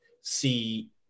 see